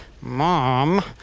mom